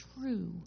true